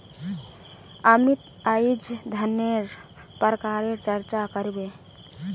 अमित अईज धनन्नेर प्रकारेर चर्चा कर बे